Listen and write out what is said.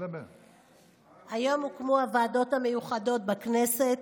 היום הוקמו הוועדות המיוחדות בכנסת,